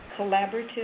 collaborative